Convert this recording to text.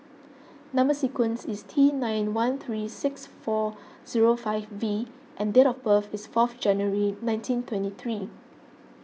Number Sequence is T nine one three six four zero five V and date of birth is fourth January nineteen twenty three